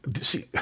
See